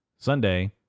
Sunday